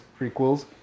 prequels